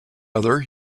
other